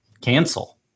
cancel